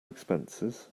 expenses